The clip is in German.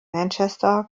manchester